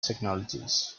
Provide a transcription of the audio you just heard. technologies